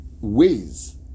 ways